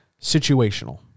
situational